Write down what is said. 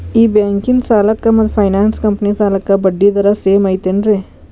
ಈ ಬ್ಯಾಂಕಿನ ಸಾಲಕ್ಕ ಮತ್ತ ಫೈನಾನ್ಸ್ ಕಂಪನಿ ಸಾಲಕ್ಕ ಬಡ್ಡಿ ದರ ಸೇಮ್ ಐತೇನ್ರೇ?